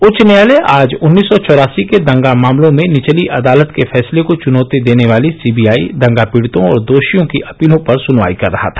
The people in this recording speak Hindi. उच्च न्यायालय आज उन्नीस सौ चौरासी के दंगा मामलों में निचली अदालत के फैसले को चुनौती देने वाली सीबीआई दंगा पीड़ितों और दोषियों की अपीलों पर सुनवाई कर रहा था